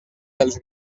pels